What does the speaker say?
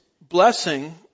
blessing